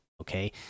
Okay